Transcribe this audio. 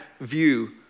view